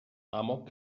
amok